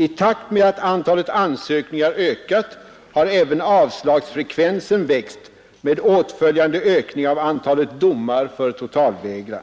I takt med att antalet ansökningar ökat, har även avslagsfrekvensen växt med åtföljande ökning av antalet domar för totalvägran.